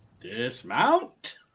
Dismount